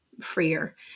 freer